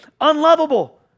unlovable